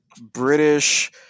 British